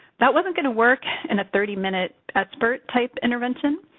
that wasn't going to work in a thirty minute sbirt-type intervention,